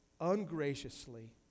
ungraciously